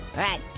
alright,